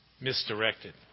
misdirected